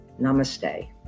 Namaste